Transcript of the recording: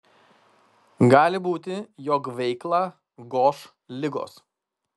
gali būti jog veiklą goš ligos